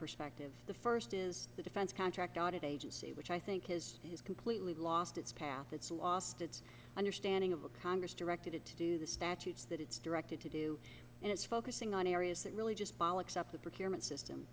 perspective the first is the defense contract audit agency which i think is has completely lost its path it's lost its understanding of a congress directed to do the statutes that it's directed to do and it's focusing on areas that really just